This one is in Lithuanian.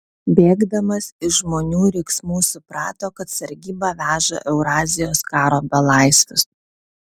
bėgdamas iš žmonių riksmų suprato kad sargyba veža eurazijos karo belaisvius